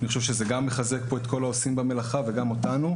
אני חושב שגם זה מחזק את כל העושים במלאכה וגם אותנו.